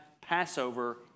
Passover